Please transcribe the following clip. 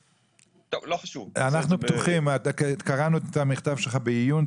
--- אנחנו פתוחים, קראנו את המכתב שלך בעיון.